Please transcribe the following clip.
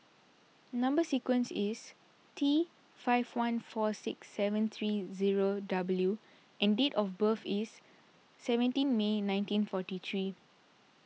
Number Sequence is T five one four six seven three zero W and date of birth is seventeen May nineteen forty three